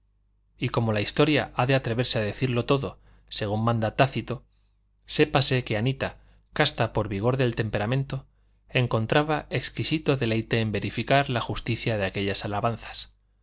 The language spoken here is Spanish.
y como la historia ha de atreverse a decirlo todo según manda tácito sépase que anita casta por vigor del temperamento encontraba exquisito deleite en verificar la justicia de aquellas alabanzas